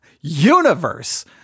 universe